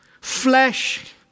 flesh